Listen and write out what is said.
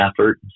effort